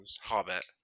hobbit